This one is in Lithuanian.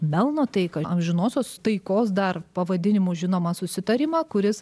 melno taiką amžinosios taikos dar pavadinimu žinomą susitarimą kuris